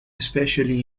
especially